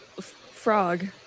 frog